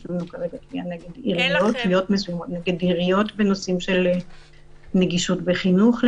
יש לנו תביעות נגד עיריות בנושאים של נגישות בחינוך,